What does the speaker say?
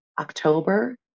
October